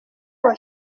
uwa